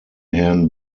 herrn